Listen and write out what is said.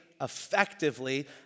effectively